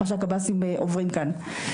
מה שהקב"סים עוברים כאן.